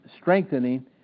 strengthening